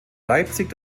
leipzig